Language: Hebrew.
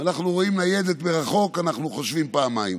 אנחנו רואים ניידת מרחוק, אנחנו חושבים פעמיים.